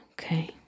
okay